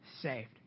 saved